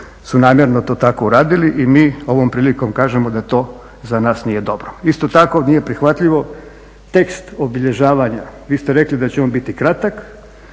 su namjerno to tako uradili i mi ovom prilikom kažemo da to za nas nije dobro. Isto tako nije prihvatljivo tekst obilježavanja, vi ste rekli da će on biti kratak,